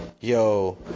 Yo